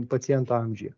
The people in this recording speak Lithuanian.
paciento amžiuje